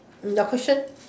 the cushion